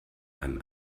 einem